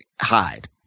hide